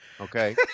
Okay